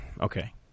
Okay